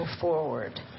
forward